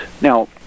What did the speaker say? Now